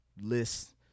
lists